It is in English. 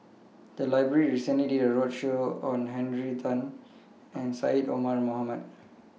The Library recently did A roadshow on Henry Tan and Syed Omar Mohamed